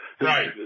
Right